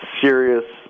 serious